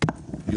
בוקר טוב.